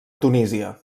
tunísia